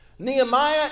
Nehemiah